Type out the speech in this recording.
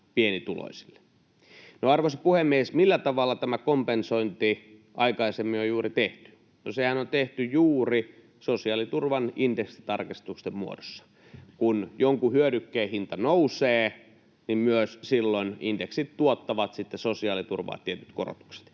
Arvoisa puhemies! Millä tavalla tämä kompensointi aikaisemmin on tehty? No, sehän on tehty juuri sosiaaliturvan indeksitarkistusten muodossa. Kun jonkun hyödykkeen hinta nousee, niin silloin myös indeksit tuottavat sitten sosiaaliturvaan tietyt korotukset.